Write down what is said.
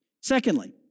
Secondly